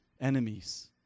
enemies